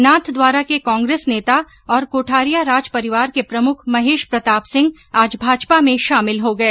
नाथद्वारा के कांग्रेस नेता और कोठारिया राज परिवार के प्रमुख महेश प्रताप सिंह आज भाजपा में शामिल हो गए